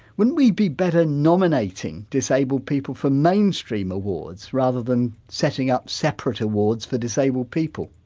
wouldn't we be better nominating disabled people for mainstream awards rather than setting up separate awards for disabled people?